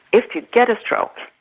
if you get a stroke,